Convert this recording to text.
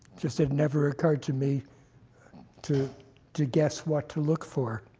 just had never occurred to me to to guess what to look for.